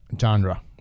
genre